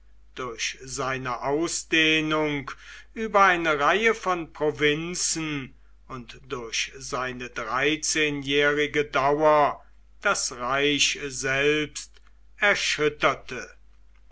durch seine ausdehnung über eine reihe von provinzen und durch seine dreizehnjährige dauer das reich selbst erschütterte